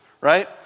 right